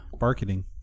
Marketing